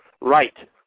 right